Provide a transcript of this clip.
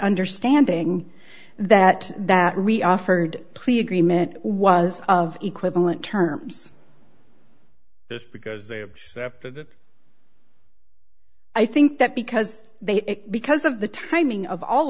understanding that that really offered plea agreement was of equivalent terms just because they have that i think that because they because of the timing of all